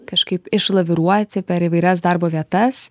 kažkaip išlaviruoti per įvairias darbo vietas